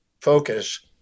focus